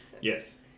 Yes